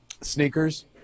Sneakers